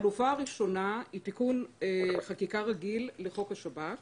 החלופה הראשונה היא תיקון חקיקה רגיל לחוק השב"כ